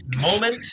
moment